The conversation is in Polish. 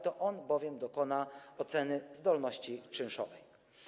To on bowiem dokona oceny zdolności czynszowej.